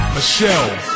Michelle